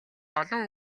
олон